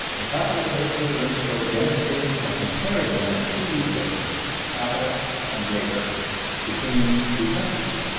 the capital labor ratio demonstrates a comparison of two resources capital and labor between two countries.